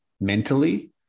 mentally